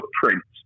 footprints